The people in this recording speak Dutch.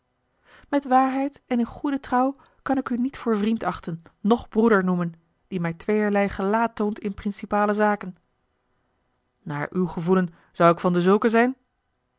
met waarheid en in goede trouw kan ik u niet voor vriend achten noch broeder noemen die mij tweeërlei gelaat toont in principale zaken naar uw gevoelen zou ik van dezulken zijn